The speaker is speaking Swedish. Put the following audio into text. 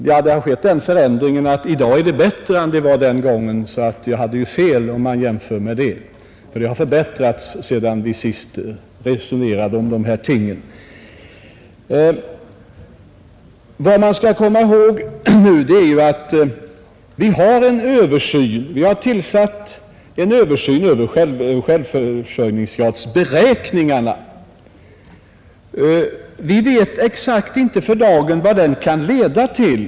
Ja, det har skett den förändringen att situationen i dag är bättre än den var när vi senast resonerade om dessa ting. Vad man skall komma ihåg är att en översyn av självförsörjningsgradsberäkningen nu görs. Vi vet för dagen inte exakt vad den kan leda till.